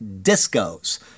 discos